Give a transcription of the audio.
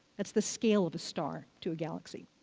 that's the scale of a star to a galaxy.